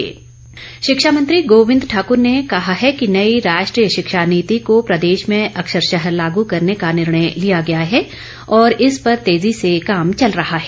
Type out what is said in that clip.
गोविंद ठाक्र शिक्षा मंत्री गोविंद ठाकुर ने कहा है कि नई राष्ट्रीय शिक्षा नीति को प्रदेश में अक्षरशः लागू करने का निर्णय लिया गया है और इस पर तेजी से काम चल रहा है